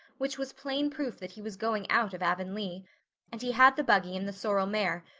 which was plain proof that he was going out of avonlea and he had the buggy and the sorrel mare,